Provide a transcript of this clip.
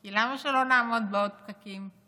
כי למה שלא נעמוד בעוד פקקים?